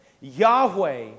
Yahweh